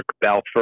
Balfour